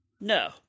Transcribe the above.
No